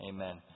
Amen